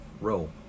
Roll